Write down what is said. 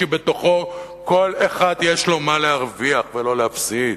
שבתוכו כל אחד יש לו מה להרוויח ולא להפסיד.